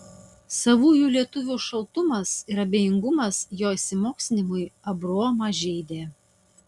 savųjų lietuvių šaltumas ir abejingumas jo išsimokslinimui abraomą žeidė